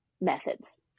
methods